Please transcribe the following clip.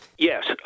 Yes